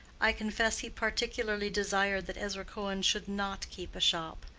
i confess, he particularly desired that ezra cohen should not keep a shop.